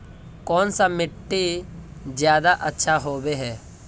कौन सा मिट्टी ज्यादा अच्छा होबे है?